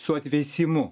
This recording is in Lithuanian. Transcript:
su atvėsimu